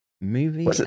movie